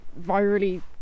virally